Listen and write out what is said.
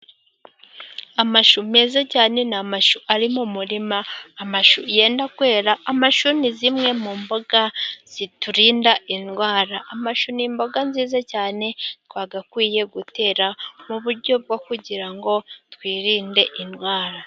Amashu meza cyane, ni amashu ari mu murima, amashu yenda kwera, amashu ni zimwe mu mboga ziturinda indwara, ni imboga nziza cyane twagakwiye gutera, mu buryo bwo kugira ngo twirinde indwara.